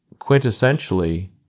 quintessentially